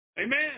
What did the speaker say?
Amen